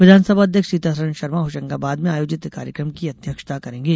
विधानसभा अध्यक्ष सीतासरण शर्मा होशंगाबाद में आयोजित कार्यक्रम की अध्यक्षता करेंगे